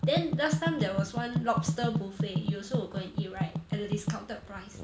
then last time there was one lobster buffet you also will go and eat right at a discounted price